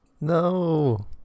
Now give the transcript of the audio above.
no